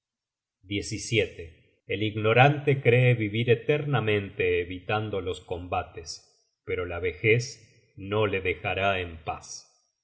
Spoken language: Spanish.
muerte el ignorante cree vivir eternamente evitando los combates pero la vejez no le dejará en paz